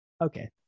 okay